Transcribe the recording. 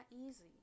easy